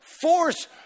force